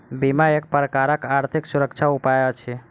बीमा एक प्रकारक आर्थिक सुरक्षाक उपाय अछि